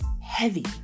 heavy